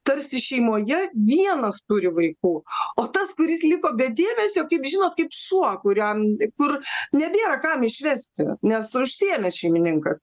tarsi šeimoje vienas turi vaikų o tas kuris liko be dėmesio kaip žinot kaip šuo kuriam kur nebėra kam išvesti nes užsiėmęs šeimininkas